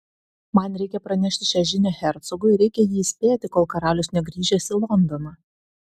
man reikia pranešti šią žinią hercogui reikia jį įspėti kol karalius negrįžęs į londoną